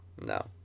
No